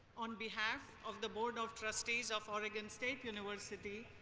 on behalf of the board of trustees of oregon state university,